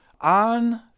on